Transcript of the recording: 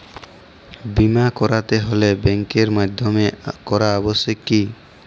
বিমা করাতে হলে ব্যাঙ্কের মাধ্যমে করা আবশ্যিক কি?